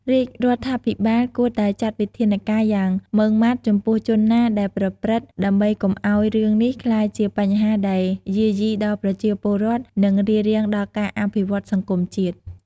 រាជរដ្ឋាភិបាលគួតែចាត់វិធានការយ៉ាងម៉ឺងម៉ាត់ចំពោះជនណាដែលប្រព្រឹត្ដិ ដើម្បីកុំឲ្យរឿងនេះក្លាយជាបញ្ហាដែលយាយីដល់ប្រជាពលរដ្ឋ នឹងរារាំងដល់ការអភិវឌ្ឍន៍សង្គមជាតិ។